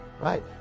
right